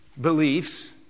beliefs